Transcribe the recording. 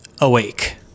Awake